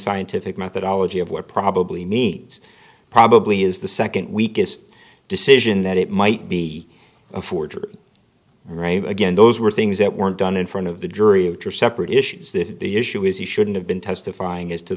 scientific methodology of what probably needs probably is the second weakest decision that it might be a forgery again those were things that weren't done in front of the jury of two separate issues the issue is he shouldn't have been testifying as to